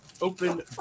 open